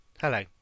Hello